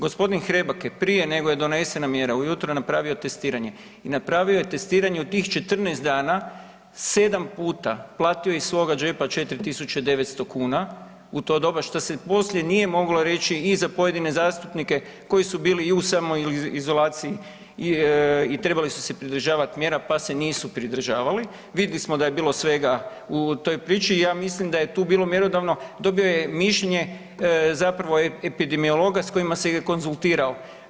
Gospodin Hrebak je prije nego je donesena mjera ujutro napravio testiranje i napravio je testiranje u tih 14 dana 7 puta, platio iz svoga džepa 4.900 kuna u to doba što se poslije nije moglo reći i za pojedine zastupnike koji su bili i u samoizolaciji i trebali su se pridržavati mjera pa se nisu pridržavali, vidli smo da je bilo svega u toj priči i ja mislim da tu bilo mjerodavno dobio je mišljenje zapravo epidemiologa s kojima se je konzultirao.